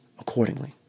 accordingly